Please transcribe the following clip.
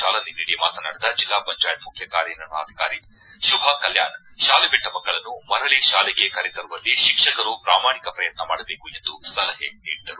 ಚಾಲನೆ ನೀಡಿ ಮಾತನಾಡಿದ ಜೆಲ್ಲಾ ಪಂಚಾಯತ್ ಮುಖ್ಯ ಕಾರ್ಯನಿರ್ವಾಹಣಾಧಿಕಾರಿ ಶುಭಾ ಕಲ್ಲಾಣ್ ಶಾಲೆ ಬಿಟ್ಟ ಮಕ್ಕಳನ್ನು ಮರಳಿ ತಾಲೆಗೆ ಕರೆ ತರುವಲ್ಲಿ ಶಿಕ್ಷಕರು ಪ್ರಾಮಾಣಿಕ ಪ್ರಯತ್ನ ಮಾಡಬೇಕು ಎಂದು ಸಲಹೆ ನೀಡಿದರು